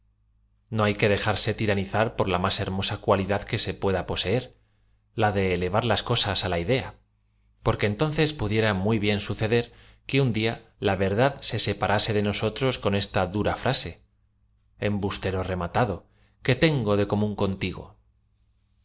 no ha que dejarse tiranizar por la más hermosa cualidad que se pueda poseer la de eleva r las cosas á la idea porque entonces pudiera mu bien suceder que un dia la verdad se separase de nosotros con esta dura frase embustero rematado qué tengo de co mún contigo í